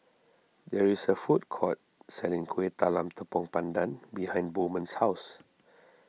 there is a food court selling Kueh Talam Tepong Pandan behind Bowman's house